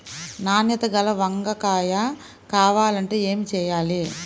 నాణ్యత గల వంగ కాయ కావాలంటే ఏమి చెయ్యాలి?